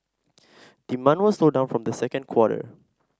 demand was slow down from the second quarter